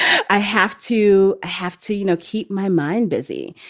i have to have to, you know, keep my mind busy.